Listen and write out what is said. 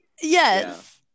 Yes